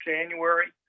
January